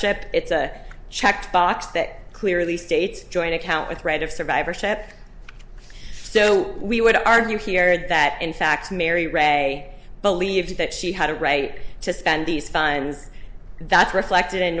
ship it's a checkbox that clearly states joint account with right of survivorship so we would argue here that in fact mary rag a believes that she had a right to spend these fines that's reflected in